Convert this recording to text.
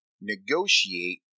negotiate